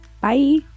Bye